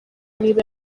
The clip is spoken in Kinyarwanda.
niba